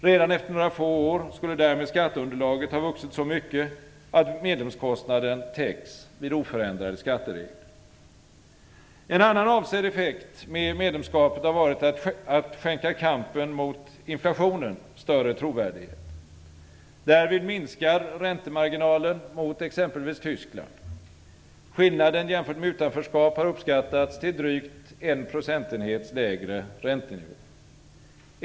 Redan efter några få år skulle därmed skatteunderlaget ha vuxit så mycket att medlemskostnaden täcks vid oförändrade skatteregler. En annan avsedd effekt med medlemskapet har varit att skänka kampen mot inflationen större trovärdighet. Därvid minskar räntemarginalen mot exempelvis Tyskland. Skillnaden jämfört med utanförskap har uppskattats till drygt en procentenhet lägre räntenivå.